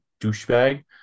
douchebag